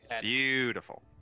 Beautiful